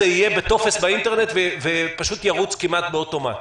יהיה בטופס באינטרנט ופשוט ירוץ כמעט באוטומט?